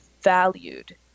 valued